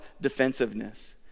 defensiveness